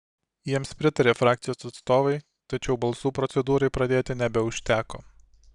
jiems pritarė frakcijos atstovai tačiau balsų procedūrai pradėti nebeužteko